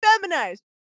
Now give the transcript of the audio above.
Feminized